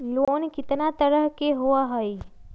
Loan केतना तरह के होअ हई?